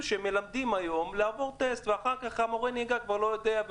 שמלמדים היום לעבור טסט ואחר כך מורה הנהיגה כבר לא יודע,